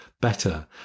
better